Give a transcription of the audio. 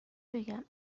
بگم